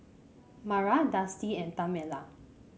Mara Dusty and Tamela